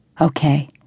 Okay